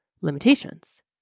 limitations